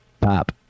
Pop